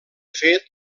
fet